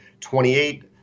28